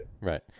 right